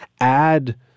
add